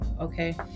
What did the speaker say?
Okay